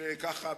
שככה,